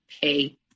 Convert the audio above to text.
pay